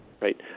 right